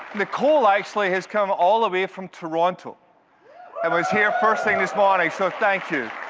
nicole, actually, has come all the way from toronto and was here first thing this morning, so thank you.